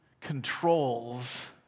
controls